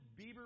Bieber